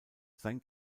sein